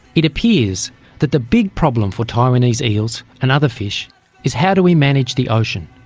it appears that the big problem for taiwanese eels and other fish is how do we manage the ocean,